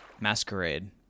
Masquerade